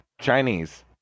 Chinese